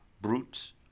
brutes